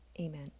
Amen